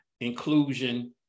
inclusion